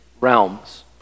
realms